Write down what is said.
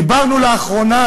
דיברנו לאחרונה